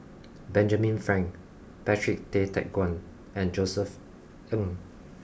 Benjamin Frank Patrick Tay Teck Guan and Josef Ng